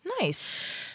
Nice